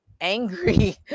angry